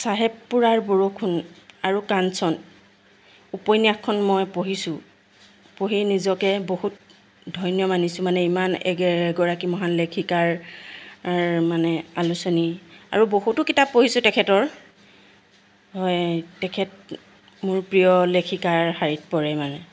চাহেবপুৰাৰ বৰষুণ আৰু কাঞ্চন উপন্যাসখন মই পঢ়িছোঁ পঢ়ি নিজকে বহুত ধন্য মানিছোঁ মানে ইমান এগৰাকী মহান লেখিকাৰ মানে আলোচনী আৰু বহুতো কিতাপ পঢ়িছোঁ তেখেতৰ হয় তেখেত মোৰ প্ৰিয় লেখিকাৰ শাৰীত পৰে মানে